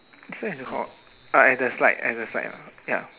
this one is a called ah at the slide at the slide ya